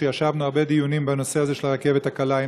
כשישבנו בהרבה דיונים בנושא הזה של הרכבת הקלה עם